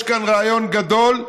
ויש כאן רעיון גדול,